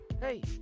hey